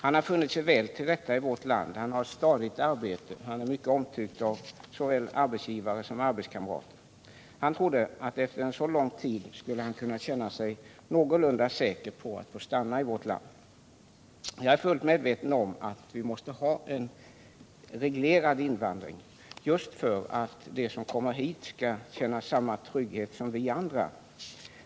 Han har funnit sig väl till rätta i vårt land, han har ett stadigt arbete och är mycket omtyckt av såväl arbetsgivare som arbetskamrater. Han trodde att han efter en så lång tid skulle kunna känna sig någorlunda säker på att få stanna i vårt land. Jag är fullt medveten om att vi måste ha en reglerad invandring just för att de som kommer hit skall få känna samma trygghet som vi andra.